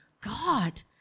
God